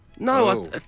No